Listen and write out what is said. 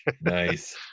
Nice